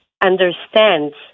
understands